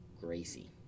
Gracie